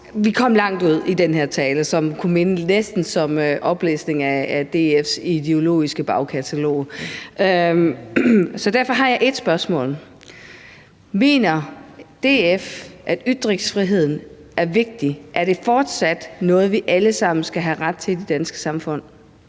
i den her tale, som næsten kunne minde om en oplæsning af DF's ideologiske bagkatalog. Så jeg har et spørgsmål: Mener DF, at ytringsfriheden er vigtig, altså at det fortsat er noget, vi alle sammen skal have ret til i det danske samfund?